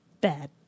bad